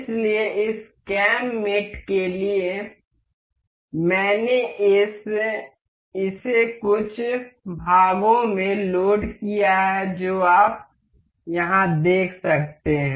इसलिए इस cam mate के लिए मैंने इसे कुछ भागों में लोड किया है जो आप यहां देख सकते हैं